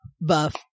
buff